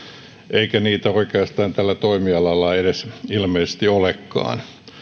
eikä niitä oikeastaan tällä toimialalla ilmeisesti edes olekaan